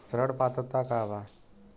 ऋण पात्रता का बा?